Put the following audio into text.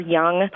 young